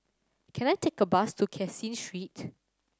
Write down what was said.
can I take a bus to Caseen Street